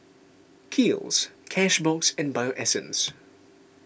Kiehl's Cashbox and Bio Essence